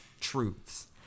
truths